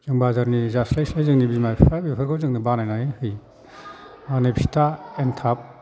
जों बाजारनि जास्लाय स्लाय जोंनि बिमा बिफा बेफोरखौ जोंनो बानायनानै होयो हनै फिथा एन्थाब